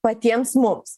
patiems mums